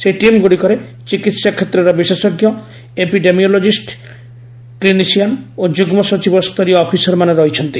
ସେହି ଟିମ୍ଗୁଡ଼ିକରେ ଚିକିତ୍ସା କ୍ଷେତ୍ରର ବିଶେଷଜ୍ଞ ଏପିଡେମିଓଲଜିଷ୍ଟ କ୍ଲିନିସିଆନ୍ ଓ ଯୁଗ୍ମ ସଚିବ ସ୍ତରୀୟ ଅଫିସରମାନେ ରହିଛନ୍ତି